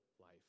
life